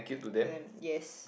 then yes